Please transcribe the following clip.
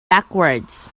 backwards